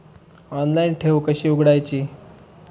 Online ठेव कशी उघडायची?